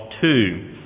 two